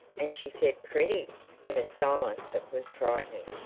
and she said pretty in a silence that was frightening.